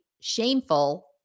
shameful